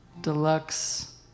Deluxe